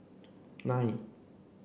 nine